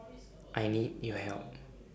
I need your help